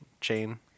chain